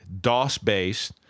DOS-based